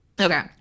Okay